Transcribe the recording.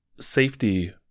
safety